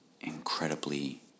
incredibly